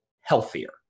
healthier